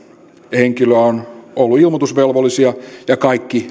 henkilöä on ollut ilmoitusvelvollisia ja kaikki